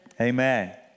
Amen